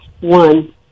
one